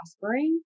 prospering